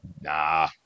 Nah